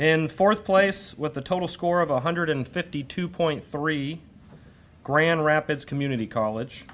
in fourth place with a total score of one hundred fifty two point three grand rapids community college